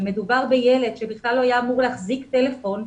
ומדובר בילד שבכלל לא היה אמור להחזיק טלפון,